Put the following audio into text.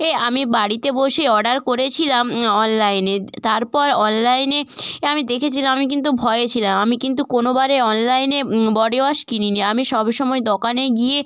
এ আমি বাড়িতে বসে অর্ডার করেছিলাম অনলাইনে তারপর অনলাইনে এ আমি দেখেছিলাম আমি কিন্তু ভয়ে ছিলাম আমি কিন্তু কোনো বারে অনলাইনে বডিওয়াশ কিনি নি আমি সব সময় দোকানে গিয়ে